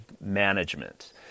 management